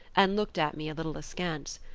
and looked at me a little askance.